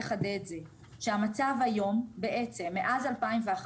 המצב היום בעצם מאז 2011,